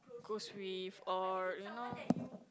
goes with or your know